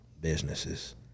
businesses